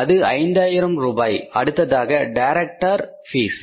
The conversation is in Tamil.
அது 5 ஆயிரம் ரூபாய் அடுத்ததாக டைரக்டர் பீஸ்